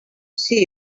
see